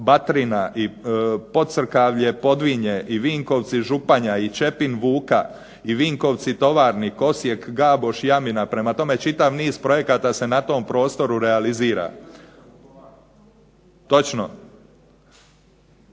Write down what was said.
i Podcrkavlje-Podvinje, i Vinkovci-Županja, i Čepin-Vuka, i Vinkovci-Tovarnik, Osijek-Gaboš-Jamina. Prema tome čitav niz projekata se na tom prostoru realizira.